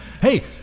hey